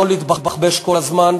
לא להתבחבש כל הזמן,